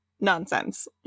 nonsense